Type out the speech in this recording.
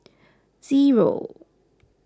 zero